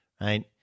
right